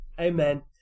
Amen